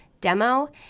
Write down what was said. demo